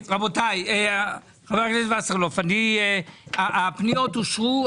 חבר הכנסת וסרלאוף, הפניות אושרו.